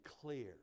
clear